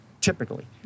typically